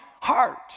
heart